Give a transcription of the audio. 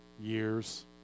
years